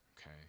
okay